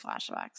flashbacks